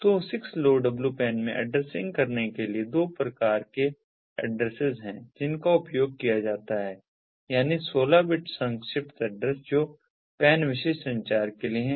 तो 6LoWPAN में addressing करने के लिए दो प्रकार के एड्रेस्सेस हैं जिनका उपयोग किया जाता है यानी 16 बिट संक्षिप्त एड्रेस जो PAN विशिष्ट संचार के लिए है